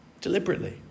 deliberately